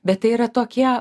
bet tai yra tokie